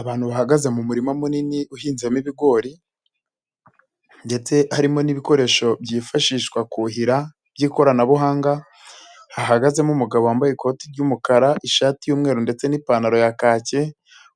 Abantu bahagaze mu murima munini uhinzemo ibigori ndetse harimo n'ibikoresho byifashishwa kuhira by'ikoranabuhanga, hahagazemo umugabo wambaye ikoti ry'umukara, ishati y'umweru ndetse n'ipantaro ya kake,